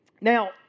Now